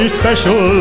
special